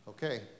okay